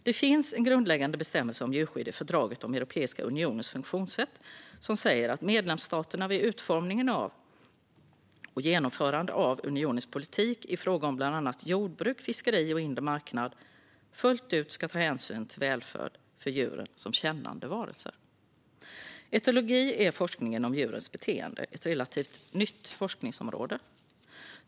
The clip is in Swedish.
Det finns en grundläggande bestämmelse om djurskydd i fördraget om Europeiska unionens funktionssätt som säger att medlemsstaterna vid utformning och genomförande av unionens politik i fråga om bland annat jordbruk, fiskeri och inre marknad fullt ut ska ta hänsyn till välfärd för djuren som kännande varelser. Etologi är forskningen om djurens beteende. Det är ett relativt nytt forskningsområde.